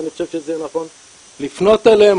אני חושב שזה יהיה נכון לפנות אליהם,